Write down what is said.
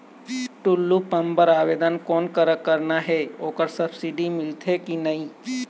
Tullu pump बर आवेदन कोन करा करना ये ओकर सब्सिडी मिलथे की नई?